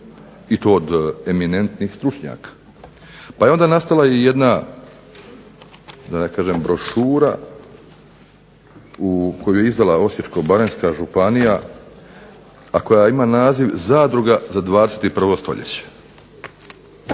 i to od eminentnih stručnjaka. Pa je nastala jedna brošura koju je izdala Osječko-baranjska županija, a koja ima naziv "Zadruga za 21. stoljeće".